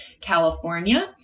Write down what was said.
California